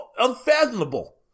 unfathomable